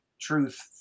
truth